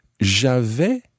j'avais